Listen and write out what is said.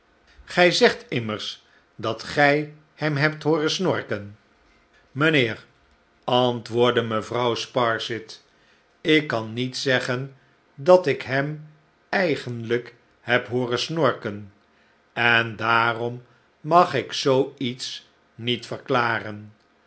gij zegt immers dat gij hem hebt hooren snorken slechte tijden mijnheer antwoordde mevrouw sparsit ik kan niet zeggen dat ik hem eigenlijk heb hooren snorken en daarom mag ik zoo iets niet verklaren